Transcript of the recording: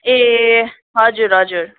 ए हजुर हजुर